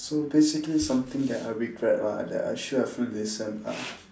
so basically something that I regret ah that I should have listen ah